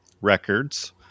Records